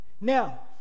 Now